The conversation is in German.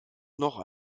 noch